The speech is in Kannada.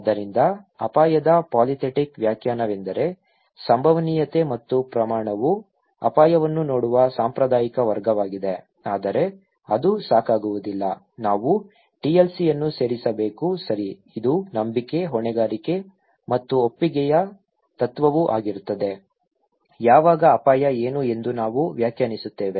ಆದ್ದರಿಂದ ಅಪಾಯದ ಪಾಲಿಥೆಟಿಕ್ ವ್ಯಾಖ್ಯಾನವೆಂದರೆ ಸಂಭವನೀಯತೆ ಮತ್ತು ಪ್ರಮಾಣವು ಅಪಾಯವನ್ನು ನೋಡುವ ಸಾಂಪ್ರದಾಯಿಕ ಮಾರ್ಗವಾಗಿದೆ ಆದರೆ ಅದು ಸಾಕಾಗುವುದಿಲ್ಲ ನಾವು TLC ಅನ್ನು ಸೇರಿಸಬೇಕು ಸರಿ ಇದು ನಂಬಿಕೆ ಹೊಣೆಗಾರಿಕೆ ಮತ್ತು ಒಪ್ಪಿಗೆಯ ತತ್ವವೂ ಆಗಿರುತ್ತದೆ ಯಾವಾಗ ಅಪಾಯ ಏನು ಎಂದು ನಾವು ವ್ಯಾಖ್ಯಾನಿಸುತ್ತೇವೆ